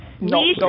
No